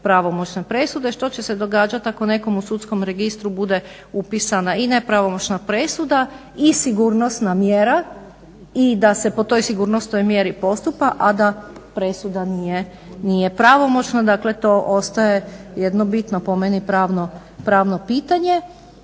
pravomoćne presude, što će se događati ako nekom u sudskom registru bude upisana i nepravomoćna presuda i sigurnosna mjera i da se po toj sigurnosnoj mjeri postupa, a da presuda nije pravomoćna. Dakle, to ostaje jedno bitno po meni pravno pitanje